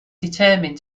determined